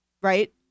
right